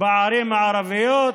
בערים הערביות?